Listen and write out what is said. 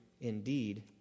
indeed